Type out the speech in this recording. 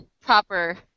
proper